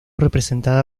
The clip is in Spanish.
representada